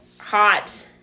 hot